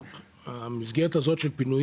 16:00 שהן שעות העבודה.